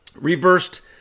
reversed